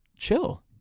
chill